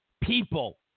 people